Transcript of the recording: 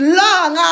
long